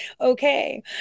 okay